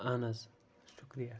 اَہَن حظ شُکریہ